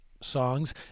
songs